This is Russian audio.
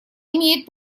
имеет